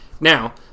Now